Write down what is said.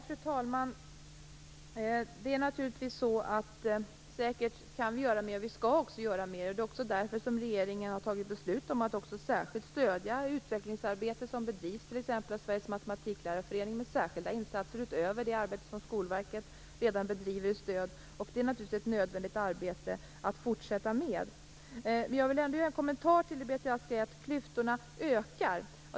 Fru talman! Naturligtvis kan vi göra mer, och vi skall också göra mer. Det är också därför som regeringen har fattat beslut om att särskilt stödja det utvecklingsarbete som bedrivs t.ex. av Sveriges matematiklärarförening med särskilda insatser utöver det arbete som Skolverket redan bedriver. Det är naturligtvis ett nödvändigt arbete att fortsätta. Jag vill ändå göra en kommentar till det som Beatrice Ask sade om att klyftorna ökar.